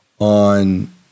on